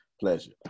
pleasure